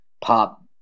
pop